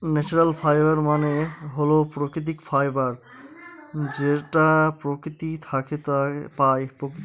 natural fiber মানে হল প্রাকৃতিক ফাইবার যেটা প্রকৃতি থাকে পাই